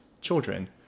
children